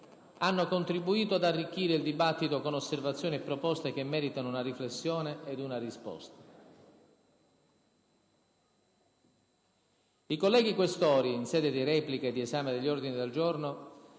hanno contribuito ad arricchire il dibattito con osservazioni e proposte che meritano una riflessione ed una risposta. I colleghi Questori in sede di replica e di esame degli ordini del giorno